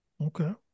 Okay